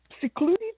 secluded